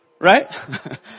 Right